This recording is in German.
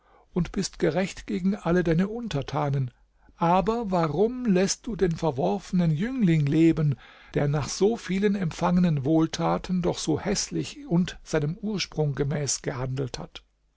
und bist gerecht gegen alle deine untertanen aber warum läßt du den verworfenen jüngling leben der nach so vielen empfangenen wohltaten doch so häßlich und seinem ursprung gemäß gehandelt hat